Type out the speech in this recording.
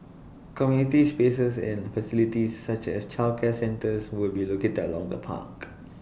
community spaces and facilities such as childcare centres will be located along the park